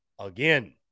again